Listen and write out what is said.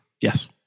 Yes